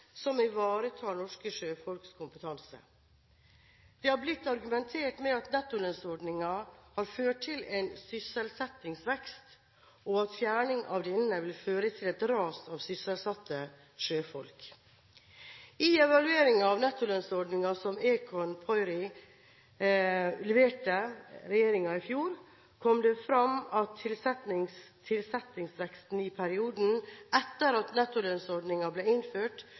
som ivaretar norske sjøfolks kompetanse. Det har blitt argumentert med at nettolønnsordningen har ført til en sysselsettingsvekst, og at fjerning av denne vil føre til et ras av sysselsatte sjøfolk. I evalueringen av nettolønnsordningen som Econ Pöyry leverte regjeringen i fjor, kom det fram at sysselsettingsveksten i perioden etter at nettolønnsordningen ble innført,